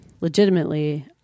legitimately